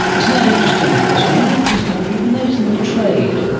isn't that interesting, because many people, even those in the trade,